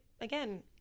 again